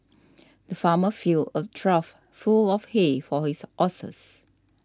the farmer filled a trough full of hay for his horses